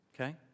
Okay